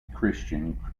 christian